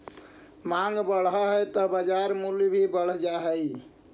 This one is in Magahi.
माँग बढ़ऽ हइ त बाजार मूल्य भी बढ़ जा हइ